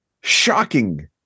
shocking